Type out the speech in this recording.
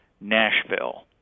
Nashville